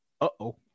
uh-oh